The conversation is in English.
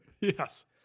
Yes